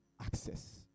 Access